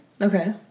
Okay